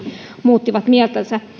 muuttivat mieltänsä